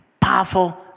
powerful